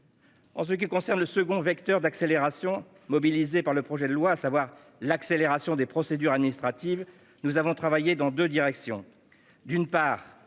En ce qui concerne le second vecteur d'accélération mobilisé dans ce projet de loi, à savoir l'accélération des procédures administratives, nous avons travaillé dans deux directions : d'une part,